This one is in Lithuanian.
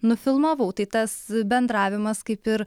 nufilmavau tai tas bendravimas kaip ir